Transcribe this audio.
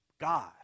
God